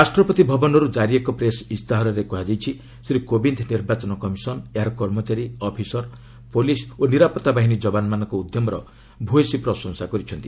ରାଷ୍ଟ୍ରପତି ଭବନରୁ କାରି ଏକ ପ୍ରେସ୍ ଇସ୍ତାହାରରେ କୁହାଯାଇଛି ଶ୍ରୀ କୋବିନ୍ଦ ନିର୍ବାଚନ କମିଶନ ଏହାର କର୍ମଚାରୀ ଅଫିସର୍ ପୁଲିସ୍ ଓ ନିରାପତ୍ତା ବାହିନୀ ଯବାନମାନଙ୍କ ଉଦ୍ୟମର ଭ୍ୟସୀ ପ୍ରଶଂସା କରିଛନ୍ତି